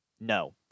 no